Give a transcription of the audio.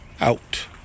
Out